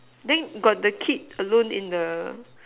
then got the kid alone in the